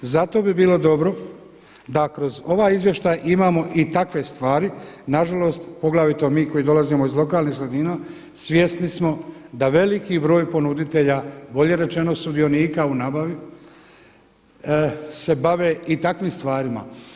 Zato bi bilo dobro da kroz ovaj izvještaj imamo i takve stvari, nažalost poglavito mi koji dolazimo iz lokalnih sredina svjesni smo da veliki broj ponuditelja bolje rečeno sudionika u nabavi se bave i takvim stvarima.